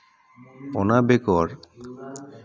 ᱚᱱᱟ ᱵᱮᱜᱚᱨ